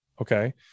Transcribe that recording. Okay